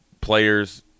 players